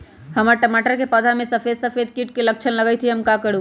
हमर टमाटर के पौधा में सफेद सफेद कीट के लक्षण लगई थई हम का करू?